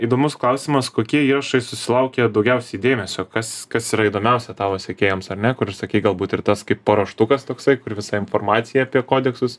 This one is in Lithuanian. įdomus klausimas kokie įrašai susilaukia daugiausiai dėmesio kas kas yra įdomiausia tavo sekėjams ar ne kur ir sakei galbūt ir tas kaip paruoštukas toksai kur visa informacija apie kodeksus